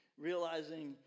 realizing